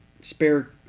spare